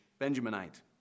Benjaminite